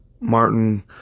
Martin